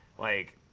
like,